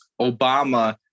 Obama